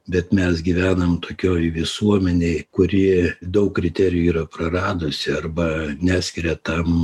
bet mes gyvenam tokioj visuomenėj kuri daug kriterijų yra praradusi arba neskiria tam